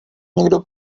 někdo